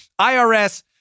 IRS